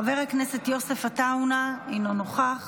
חבר הכנסת יוסף עטאונה, אינו נוכח,